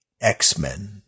X-Men